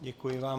Děkuji vám.